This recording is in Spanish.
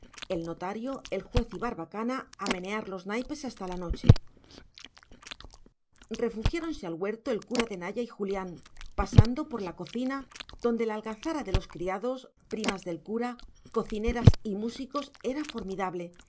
el notario el juez y barbacana a menear los naipes hasta la noche refugiáronse al huerto el cura de naya y julián pasando por la cocina donde la algazara de los criados primas del cura cocineras y músicos era formidable